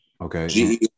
Okay